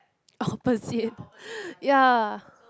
opposite ya